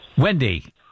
Wendy